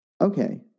okay